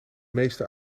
meeste